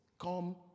come